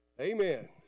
Amen